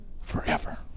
forever